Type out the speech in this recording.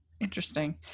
Interesting